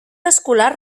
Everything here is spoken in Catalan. escolar